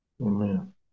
amen